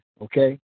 okay